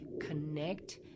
connect